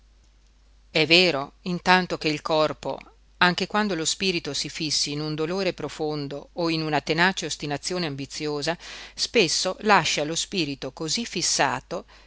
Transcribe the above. è vero intanto che il corpo anche quando lo spirito si fissi in un dolore profondo o in una tenace ostinazione ambiziosa spesso lascia lo spirito cosí fissato